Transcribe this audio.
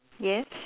yes